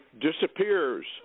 disappears